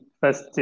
first